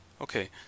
Okay